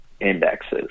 indexes